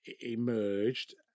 emerged